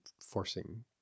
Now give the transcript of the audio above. forcing